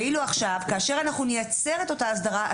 ואילו עכשיו כאשר אנחנו נייצר את אותה הסדרה,